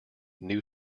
new